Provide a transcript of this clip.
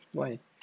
why